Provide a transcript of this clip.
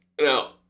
no